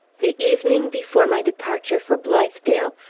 the evening before my departure for blithedale,